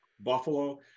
buffalo